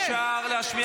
אי-אפשר כל הזמן להפריע.